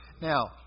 Now